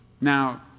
Now